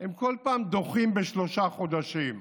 הם כל פעם דוחים בשלושה חודשים.